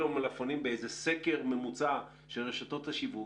מלפפונים באיזה סקר ממוצע של רשתות השיווק,